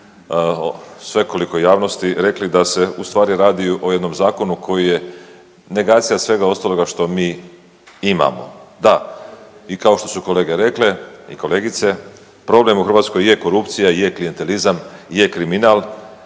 svekolikoj javnosti rekli da se ustvari radi o jednom zakonu koji je negacija svega ostaloga što mi imamo. Da, i kao što su kolege rekla i kolegice, problem u Hrvatskoj je korupcija, je klijentelizam, je kriminal,